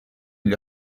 gli